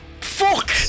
Fuck